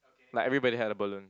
like everybody had a balloon